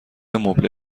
مبله